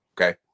okay